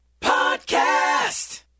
Podcast